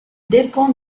dépend